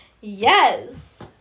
Yes